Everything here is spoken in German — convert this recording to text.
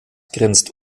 grenzt